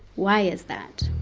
why is that?